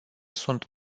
sunt